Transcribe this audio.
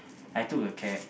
I took a cab